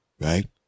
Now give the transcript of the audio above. Right